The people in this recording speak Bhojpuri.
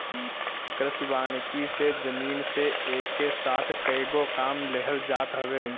कृषि वानिकी से जमीन से एके साथ कएगो काम लेहल जात हवे